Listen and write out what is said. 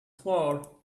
floor